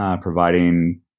providing